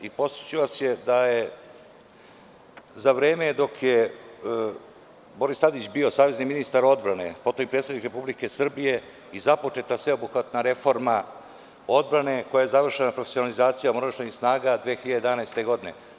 Podsetiću vas da je za vreme dok je Boris Tadić bio savezni ministar odbrane, potom i predsednik Srbije, započeta sveobuhvatna reforma odbrane koja je završena profesionalizacijom oružanih snaga 2011. godine.